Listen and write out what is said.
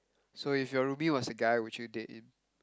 so if your Ruby was a guy will you date him